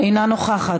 אינה נוכחת,